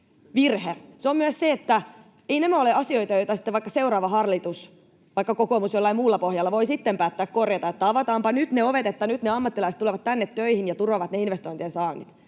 On myös se, että eivät nämä ole asioita, joita vaikka seuraava hallitus — vaikka kokoomus jollain muulla pohjalla — voi sitten päättää korjata niin, että avataanpa nyt ne ovet ja että nyt ne ammattilaiset tulevat tänne töihin ja turvaavat ne investointien saannit.